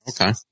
Okay